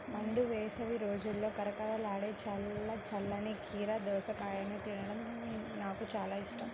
మండు వేసవి రోజుల్లో కరకరలాడే చల్ల చల్లని కీర దోసకాయను తినడం నాకు చాలా ఇష్టం